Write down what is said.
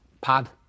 pad